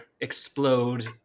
explode